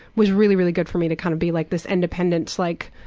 was really, really good for me to kind of be like this independent, like,